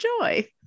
enjoy